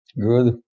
Good